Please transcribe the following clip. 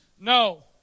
No